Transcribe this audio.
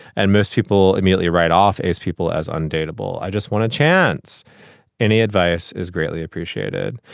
and most people merely write off as people as undateable. i just want a chance any advice is greatly appreciated.